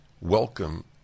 welcome